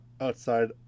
outside